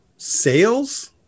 sales